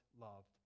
loved